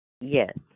Yes